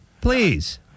Please